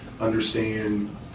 understand